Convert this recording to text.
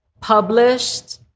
published